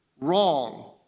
wrong